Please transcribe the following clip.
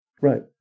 Right